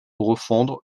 refondre